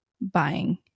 buying